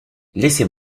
laissez